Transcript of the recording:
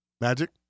Magic